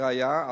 לראיה,